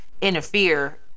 interfere